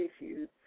issues